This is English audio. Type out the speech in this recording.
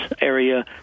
area